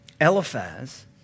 Eliphaz